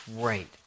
great